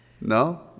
no